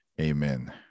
Amen